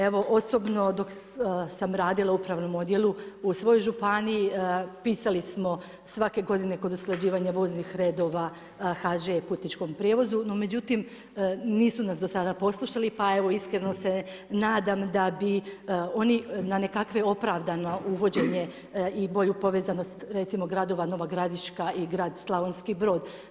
Evo osobno, dok sam radila u upravnom odjelu, u svojoj županiji, pisali smo svake godine kod usklađivanja voznih redova HŽ i putničkog prijevoz, no međutim, nisu nas do sada poslušali, pa evo iskreno se nadam, da bi oni na nekakvo opravdano uvođenje i bolju povezanost recimo, gradova Nova Gradiška i grad Slavonski Brod.